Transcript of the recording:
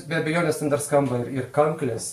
be abejonės ten dar skamba ir ir kanklės